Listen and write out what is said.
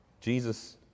Jesus